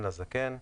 "כן לזקן",